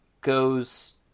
goes